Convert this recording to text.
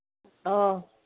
ꯑꯣ